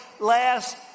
last